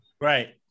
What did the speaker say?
Right